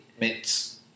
Mints